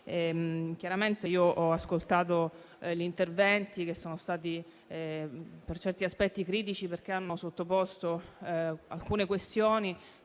Ho ascoltato gli interventi, che sono stati, per certi aspetti, critici, perché hanno sollevato alcune questioni